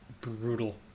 brutal